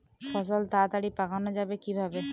ফসল তাড়াতাড়ি পাকানো যাবে কিভাবে?